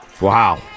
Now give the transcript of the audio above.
Wow